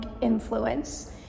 influence